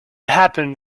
happened